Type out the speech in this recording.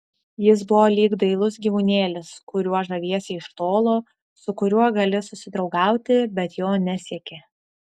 jis buvo lyg dailus gyvūnėlis kuriuo žaviesi iš tolo su kuriuo gali susidraugauti bet jo nesieki